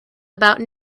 about